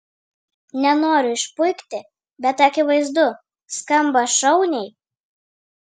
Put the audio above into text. nenoriu išpuikti bet akivaizdu skamba šauniai